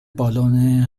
بالن